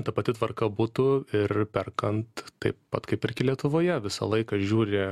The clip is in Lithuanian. ta pati tvarka būtų ir perkant taip pat kai perki lietuvoje visą laiką žiūri